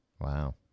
Wow